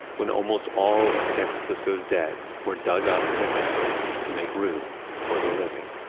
when almost all of san francisco's dead were dug up and evicted to make room for the living